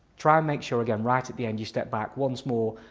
try and make sure, again, right at the end, you step back once more.